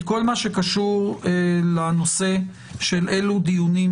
את כל מה שקשור לנושא של אילו דיונים